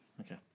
Okay